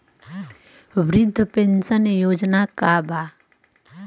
वृद्ध पेंशन योजना का बा?